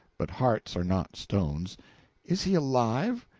but hearts are not stones is he alive?